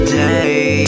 day